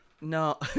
No